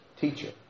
Teacher